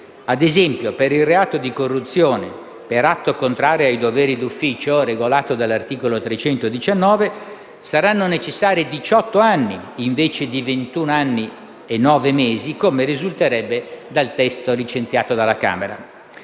ad esempio, per il reato di corruzione per atto contrario ai doveri d'ufficio, regolato dall'articolo 319 del codice penale, saranno necessari 18 anni invece dei 21 anni e nove mesi, come risulterebbe dal testo licenziato dalla Camera.